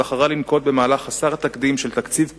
בחרה לנקוט מהלך חסר תקדים של תקציב כפול,